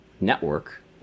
network